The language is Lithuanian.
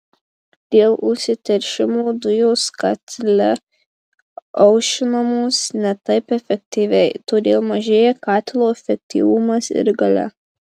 dėl užsiteršimo dujos katile aušinamos ne taip efektyviai todėl mažėja katilo efektyvumas ir galia